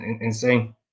insane